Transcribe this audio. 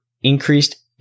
increased